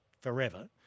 forever